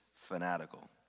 fanatical